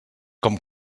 com